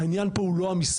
העניין פה הוא לא המספר,